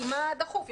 כי מה דחוף לפנות,